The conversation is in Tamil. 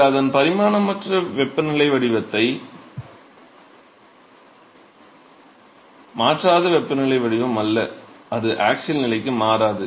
இது அதன் பரிமாணமற்ற வெப்பநிலை வடிவத்தை மாற்றாத வெப்பநிலை வடிவம் அல்ல அது ஆக்ஸியல் நிலைக்கு மாறாது